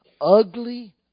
ugly